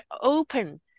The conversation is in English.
open